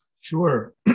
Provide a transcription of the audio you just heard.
Sure